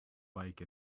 bike